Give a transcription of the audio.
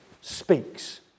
speaks